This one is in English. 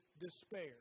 despair